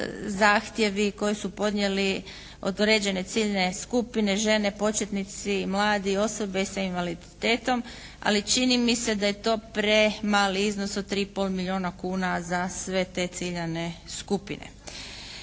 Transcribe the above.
zahtjevi koji su podnijeli određene ciljne skupine, žene, početnici, mlade osobe sa invaliditetom, ali čini mi se da je to premali iznos od 3 i pol milijuna kuna za sve te ciljane skupine.